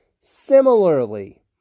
Similarly